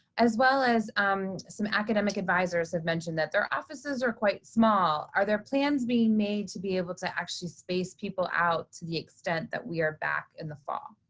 as well as um some academic advisors have mentioned that their offices are quite small. are there plans being made to be able to actually space people out to the extent that we are back in the fall?